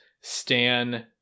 Stan